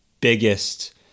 biggest